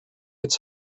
its